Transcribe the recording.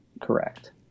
Correct